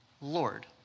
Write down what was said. Lord